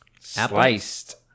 Sliced